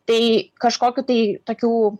tai kažkokių tai tokių